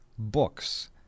books